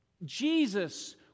Jesus